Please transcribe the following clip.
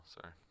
Sorry